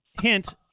Hint